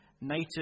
native